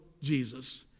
jesus